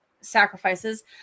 sacrifices